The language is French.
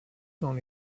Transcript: dans